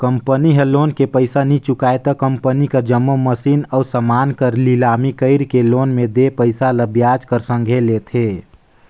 company ह loan के पइसा नी चुकाय त कंपनी कर जम्मो मसीन अउ समान मन कर लिलामी कइरके लोन में देय पइसा ल बियाज कर संघे लेथे